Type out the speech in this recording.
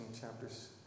chapters